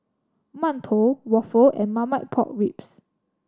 mantou waffle and Marmite Pork Ribs